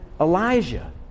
Elijah